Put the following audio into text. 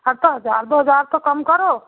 हाँ तो हज़ार दो हज़ार तो कम करो